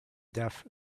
deaf